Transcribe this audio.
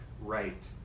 right